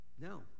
No